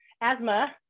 Asthma